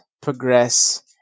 progress